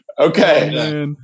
okay